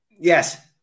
Yes